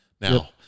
now